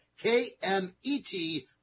KMET